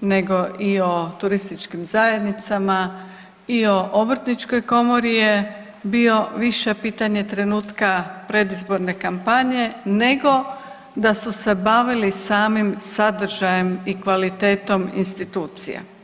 nego i o turističkim zajednicama i o Obrtničkoj komori je bio više pitanja trenutka predizborne kampanje nego da su se bavili samim sadržajem i kvalitetom institucije.